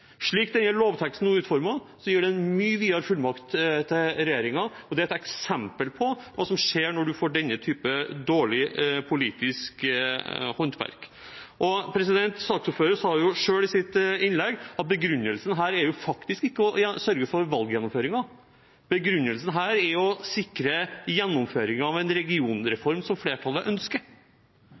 Slik denne lovteksten nå er utformet, gir den en mye videre fullmakt til regjeringen, og det er et eksempel på hva som skjer når man får denne typen dårlig politisk håndverk. Saksordføreren sa selv i sitt innlegg at begrunnelsen her faktisk ikke er å sørge for valggjennomføringen, begrunnelsen er å sikre gjennomføringen av en regionreform som flertallet ønsker.